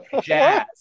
jazz